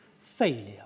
failure